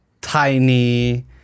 tiny